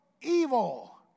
evil